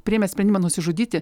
priėmė sprendimą nusižudyti